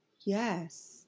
Yes